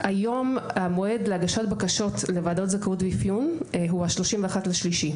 היום המועד להגשת בקשות לוועדות זכאות ואפיון הוא ה-31 במרץ.